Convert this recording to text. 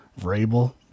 Vrabel